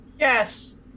Yes